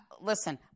listen